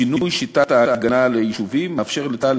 שינוי שיטת ההגנה על היישובים מאפשר לצה"ל